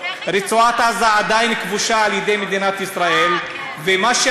ועוד איך התנתקה.